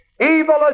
Evil